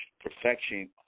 Perfection